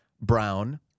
brown